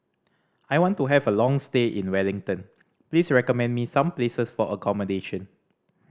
I want to have a long stay in Wellington please recommend me some places for accommodation